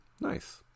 Nice